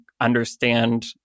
understand